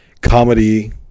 comedy